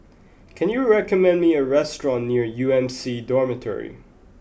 can you recommend me a restaurant near U M C Dormitory